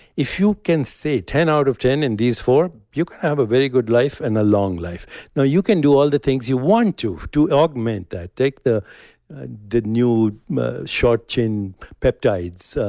if you can say ten out of ten in these four, you can have a very good life and a long life now you can do all the things you want to. do augment that. take the the new short chain peptides,